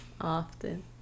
Often